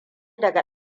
daga